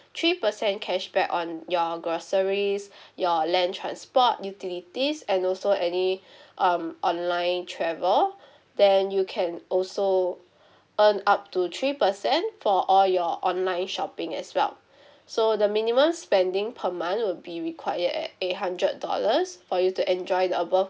three percent cashback on your groceries your land transport utilities and also any um online travel then you can also earn up to three percent for all your online shopping as well so the minimum spending per month will be required at eight hundred dollars for you to enjoy the above